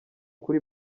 kuri